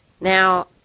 now